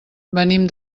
venim